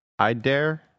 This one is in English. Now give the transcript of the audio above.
Idare